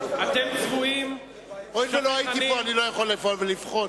הואיל ולא הייתי פה אני לא יכול לבחון.